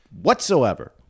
whatsoever